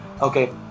okay